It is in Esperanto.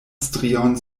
strion